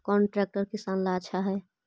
कौन ट्रैक्टर किसान ला आछा है?